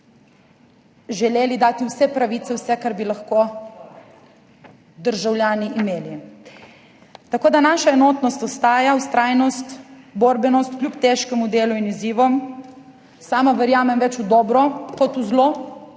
si želeli dati vse pravice, vse, kar bi lahko državljani imeli. Tako da naša enotnost ostaja, vztrajnost, borbenost, kljub težkemu delu in izzivom. Sama verjamem bolj v dobro kot v zlo,